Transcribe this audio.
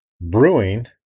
brewing